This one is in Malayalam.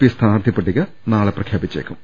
പി സ്ഥാനാർത്ഥി പട്ടിക നാളെ പ്രഖ്യാപിച്ചേക്കും